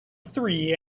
three